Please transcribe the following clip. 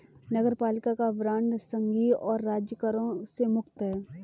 नगरपालिका बांड संघीय और राज्य करों से मुक्त हैं